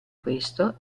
questo